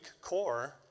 core